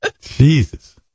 Jesus